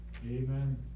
Amen